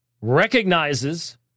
recognizes